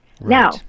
Now